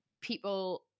people